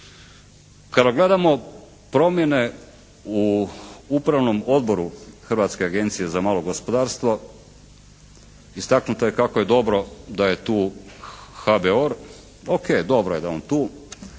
Kada gledamo promjene u upravnom odboru Hrvatske agencije za malo gospodarstvo istaknuto je kako je dobro da je tu HBOR. O.k., dobro je da je on